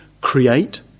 create